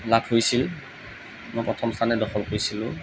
লাভ হৈছিল মই প্ৰথম স্থানেই দখল কৰিছিলোঁ